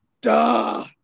duh